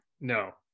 no